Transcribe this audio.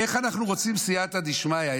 איך אנחנו רוצים סייעתא דשמיא?